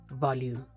Volume